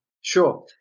sure